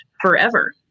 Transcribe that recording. forever